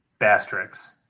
Bastrix